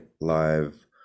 live